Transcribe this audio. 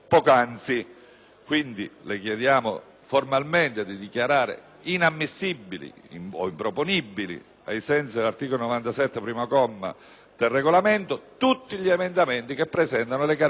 chiediamo, quindi, formalmente di dichiarare inammissibili o improponibili, ai sensi dell'articolo 97, comma 1, del Regolamento, tutti gli emendamenti che presentano le caratteristiche a cui